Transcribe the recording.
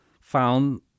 found